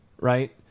right